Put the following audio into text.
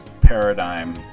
paradigm